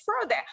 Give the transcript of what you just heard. further